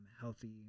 healthy